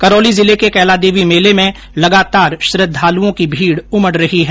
करौली जिले के कैला देवी मेले में लगातार श्रद्धालुओं की भीड उमड रही है